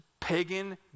Pagan